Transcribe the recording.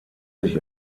sich